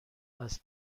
وصل